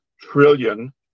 trillion